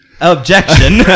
Objection